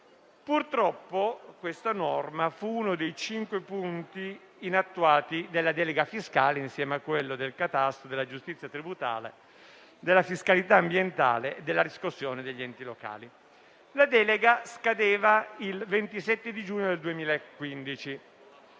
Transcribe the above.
Purtroppo questa norma fu uno dei cinque punti inattuati della delega fiscale, insieme a quello del catasto, della giustizia tributaria, della fiscalità ambientale e della riscossione degli enti locali. La delega scadeva il 27 giugno 2015.